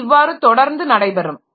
இது இவ்வாறு தொடர்ந்து நடைபெறும்